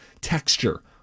texture